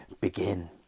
begin